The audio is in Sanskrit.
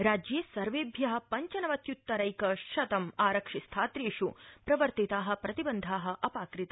राज्ये सर्वेभ्य पञ्चनवत्य्त्तरैक शतं आरक्षि स्थात्रेष् प्रवर्तिता प्रतिबन्धा अपाकृता